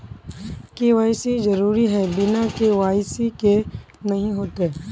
KYC जरुरी है बिना के.वाई.सी के नहीं होते?